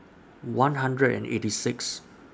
one hundred and eighty Sixth